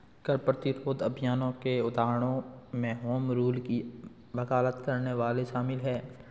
कर प्रतिरोध अभियानों के उदाहरणों में होम रूल की वकालत करने वाले शामिल हैं